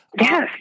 Yes